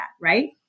right